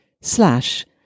slash